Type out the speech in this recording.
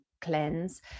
cleanse